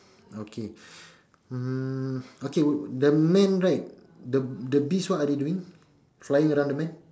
okay mm okay the man right the bees what are they doing flying around the man